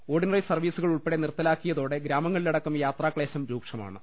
ordinary സർവീസുകൾ ഉൾപ്പെടെ നിർത്തലാക്കിയതോടെ ഗ്രാമങ്ങളിലടക്കം യാത്രാക്ലേശം രൂക്ഷമാ ണ്